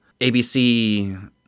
ABC